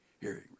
hearing